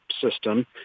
system